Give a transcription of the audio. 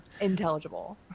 intelligible